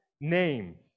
name